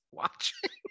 watching